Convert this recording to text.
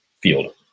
field